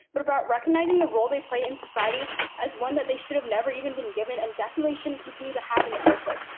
but about recognizing the role they play in society as one that they should have never even been given and definitely shouldn't continue to have in the first place.